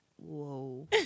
whoa